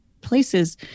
places